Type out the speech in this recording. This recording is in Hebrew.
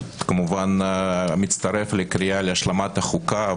אני מצטרף, כמובן, לקריאה להשלמת החוקה.